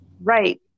Right